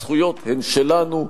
הזכויות הן שלנו.